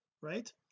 right